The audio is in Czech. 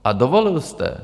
A dovolil jste.